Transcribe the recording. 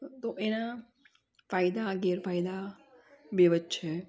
તો એના ફાયદા ગેરફાયદા બંને જ છે